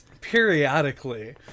periodically